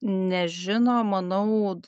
nežino manau